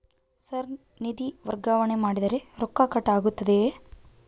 Sir ನಿಧಿ ವರ್ಗಾವಣೆ ಮಾಡಿದರೆ ರೊಕ್ಕ ಕಟ್ ಆಗುತ್ತದೆಯೆ?